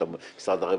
יש את משרד הרווחה,